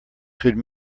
could